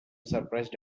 surprised